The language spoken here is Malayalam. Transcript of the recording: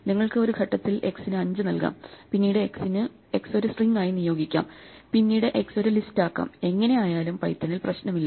നിങ്ങൾക്ക് ഒരു ഘട്ടത്തിൽ x ന് 5 നൽകാം പിന്നീട് x ഒരു സ്ട്രിംഗിന് നിയോഗിക്കാം പിന്നീട് x ഒരു ലിസ്റ്റ് ആക്കാം എങ്ങിനെ ആയാലും പൈത്തണിൽ പ്രശ്നമില്ല